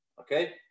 okay